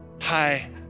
Hi